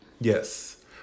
yes